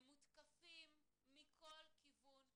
הם מותקפים מכל כיוון אפשרי,